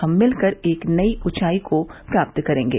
हम मिलकर एक नई उँचाई को प्राप्त करेंगे